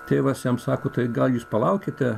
tėvas jam sako tai gal jūs palaukite